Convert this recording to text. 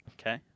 Okay